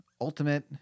Ultimate